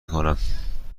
کنم